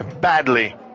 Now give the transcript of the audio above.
badly